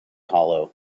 hollow